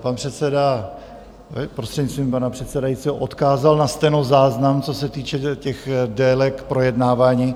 Pan předseda, prostřednictvím pana předsedajícího, odkázal na stenozáznam, co se týče délek projednávání.